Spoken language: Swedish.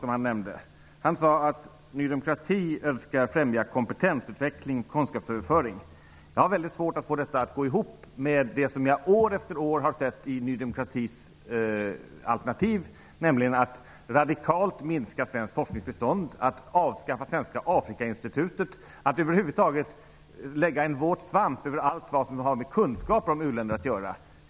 Lars Moquist sade att Ny demokrati önskar främja kompetensutveckling och kunskapsöverföring. Jag har väldigt svårt att få detta att gå ihop med det som jag år efter år har sett i Ny demokratis alternativ. Det brukar nämligen gå ut på att radikalt minska svenskt forskningsbistånd, att avskaffa Nordiska Afrikainstitutet och att över huvud taget lägga en våt svamp över allt det som har med kunskaper om u-länder att göra.